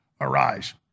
arise